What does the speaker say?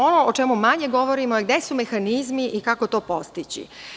Ono o čemu manje govorimo, jeste gde su mehanizmi i kako to postići?